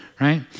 right